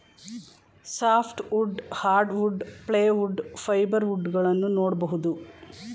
soft wood, hardwood, plywood, fibre wood ಗಳನ್ನೂ ನೋಡ್ಬೋದು